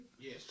Yes